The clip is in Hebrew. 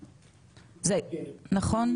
נכון?